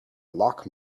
lock